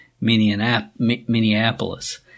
Minneapolis